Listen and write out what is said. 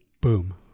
Boom